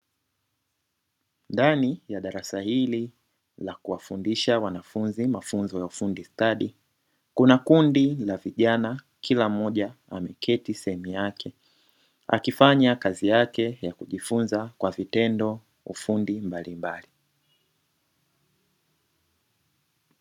Ndani ya darasa hili la kuwafundisha wanafunzi mafunzo ya ufundi stadi, kuna kundi la vijana kila mmoja ameketi sehemu yake akifanya kazi yake ya kujifunza kwa vitendo ufundi mbalimbali.